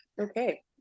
Okay